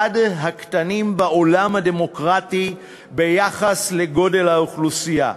אחד הקטנים בעולם הדמוקרטי ביחס לגודל האוכלוסייה,